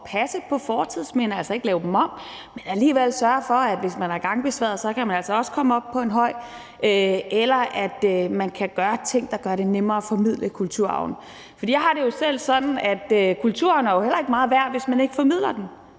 passe på fortidsminder, altså ikke lave dem om, men alligevel sørge for, at gangbesværede også kan komme op på en høj, eller man kan gøre ting, der gør det nemmere at formidle kulturarven. For jeg har det jo selv sådan, at kulturen heller ikke er meget værd, hvis man ikke formidler den.